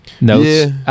notes